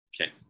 Okay